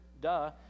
Duh